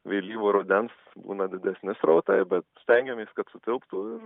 vėlyvo rudens būna didesni srautai bet stengiamės kad sutilptų ir